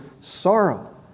sorrow